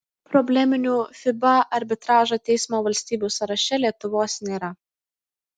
probleminių fiba arbitražo teismo valstybių sąraše lietuvos nėra